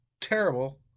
terrible